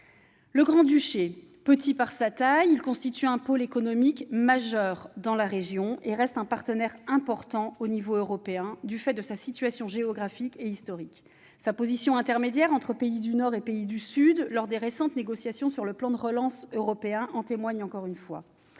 le Grand-Duché constitue un pôle économique majeur dans la région et reste un partenaire important à l'échelon européen du fait de sa situation géographique et historique. Sa position intermédiaire entre pays du Nord et pays du Sud lors des récentes négociations sur le plan de relance européen en témoigne encore une fois.